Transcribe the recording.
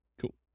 Cool